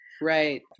Right